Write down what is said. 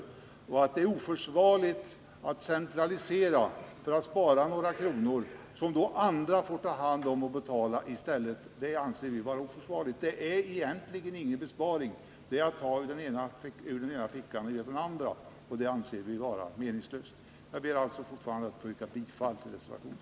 Vi anser att det är oförsvarligt att centralisera för att spara några kronor, som andra får betala i stället. Det är egentligen ingen besparing, utan det är att ta ur den ena fickan och lägga i den andra, och det anser vi vara meningslöst. Fru talman! Jag yrkar således fortfarande bifall till reservationen.